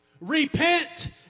Repent